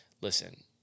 listen